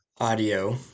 audio